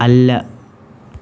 അല്ല